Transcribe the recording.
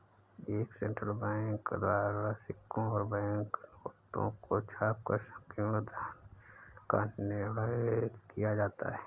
एक central bank द्वारा सिक्कों और बैंक नोटों को छापकर संकीर्ण धन का निर्माण किया जाता है